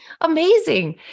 amazing